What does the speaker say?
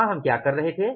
वहाँ हम क्या कर रहे थे